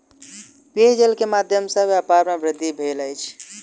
पेयजल के माध्यम सॅ व्यापार में वृद्धि भेल अछि